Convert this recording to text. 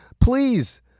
please